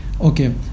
Okay